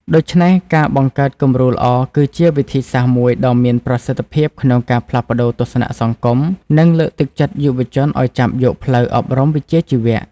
ដូច្នេះ ការបង្កើតគំរូល្អគឺជាវិធីសាស្ត្រមួយដ៏មានប្រសិទ្ធភាពក្នុងការផ្លាស់ប្តូរទស្សនៈសង្គម និងលើកទឹកចិត្តយុវជនឱ្យចាប់យកផ្លូវអប់រំវិជ្ជាជីវៈ។